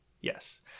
Yes